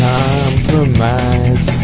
compromise